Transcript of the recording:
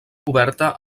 coberta